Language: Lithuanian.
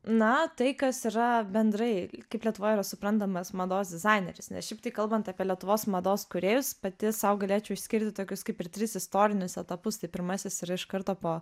na tai kas yra bendrai kaip lietuvoj yra suprantamas mados dizaineris nes šiaip tai kalbant apie lietuvos mados kūrėjus pati sau galėčiau išskirti tokius kaip ir tris istorinius etapus tai pirmasis yra iš karto po